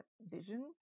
vision